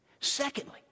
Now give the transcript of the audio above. secondly